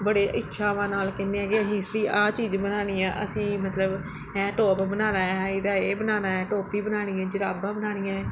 ਬੜੀਆਂ ਇੱਛਾਵਾਂ ਨਾਲ ਕਹਿੰਦੇ ਹੈਗੇ ਅਸੀਂ ਇਸ ਦੀ ਆਹ ਚੀਜ਼ ਬਣਾਉਣੀ ਆ ਅਸੀਂ ਮਤਲਬ ਇਹ ਟੋਪ ਬਣਾਉਣਾ ਹੈ ਇਹਦਾ ਇਹ ਬਣਾਉਣਾ ਹੈ ਟੋਪੀ ਬਣਾਉਣੀ ਹੈ ਜੁਰਾਬਾਂ ਬਣਾਉਣੀਆਂ ਹੈ